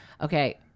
Okay